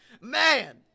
man